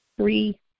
three